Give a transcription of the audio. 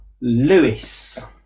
lewis